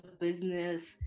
business